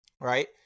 right